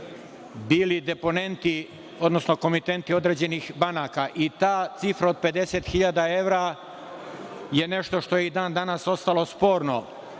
bili deponenti, odnosno komitenti određenih banaka. Ta cifra od 50.000 evra je nešto što je i dan danas ostalo sporno.